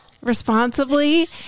responsibly